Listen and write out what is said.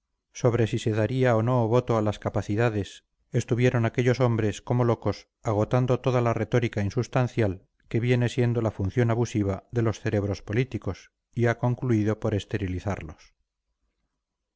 sobre si se daría o no voto a las capacidades estuvieron aquellos hombres como locos agotando toda la retórica insubstancial que viene siendo la función abusiva de los cerebros políticos y ha concluido por esterilizarlos